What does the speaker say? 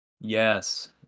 Yes